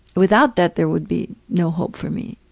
without that there would be no hope for me.